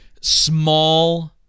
small